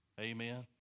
Amen